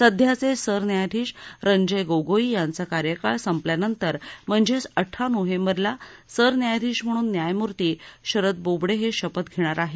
सध्याचे सरन्यायाधीश रंजन गोगोई यांचा कार्यकाळ संपल्यानंतर म्हणजेच अठरा नोव्हेंबरला सरन्यायाधीश म्हणून न्यायमूर्ती शरद बोबडे हे शपथ घेणार आहेत